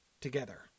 together